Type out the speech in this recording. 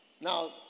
Now